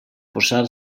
posar